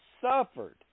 suffered